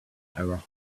hour